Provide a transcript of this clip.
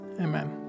Amen